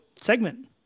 segment